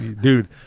dude